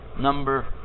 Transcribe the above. Number